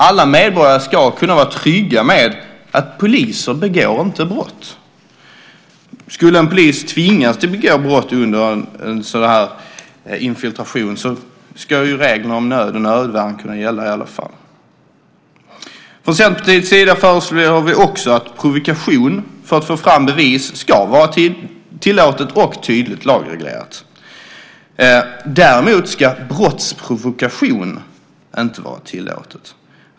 Alla medborgare ska vara trygga i att poliser inte begår brott. Skulle en polis tvingas till att begå brott under en infiltration ska reglerna om nöd och nödvärn gälla i alla fall. Från Centerpartiets sida föreslår vi också att provokation för att få fram bevis ska vara tillåtet och tydligt lagreglerat. Däremot ska brottsprovokation inte vara tillåtet.